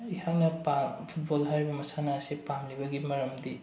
ꯑꯩꯍꯥꯛꯅ ꯐꯨꯠꯕꯣꯜ ꯍꯥꯏꯔꯤꯕ ꯃꯁꯥꯟꯅ ꯑꯁꯤ ꯄꯥꯝꯂꯤꯕꯒꯤ ꯃꯔꯝꯗꯤ